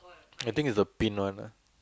I think is the pin one ah